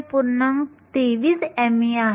23 me आहे